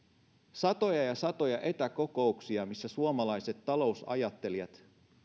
satoja ja satoja etäkokouksia missä suomalaiset talousajattelijat